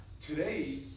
Today